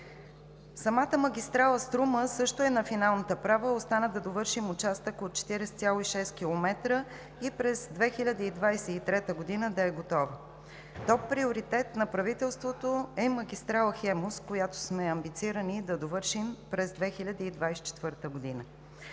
Самата магистрала „Струма“ също е на финалната права – остана да довършим участък от 40,6 км и през 2023 г. да е готова. Топ приоритет на правителството е магистрала „Хемус“, която сме амбицирани да довършим през 2024 г.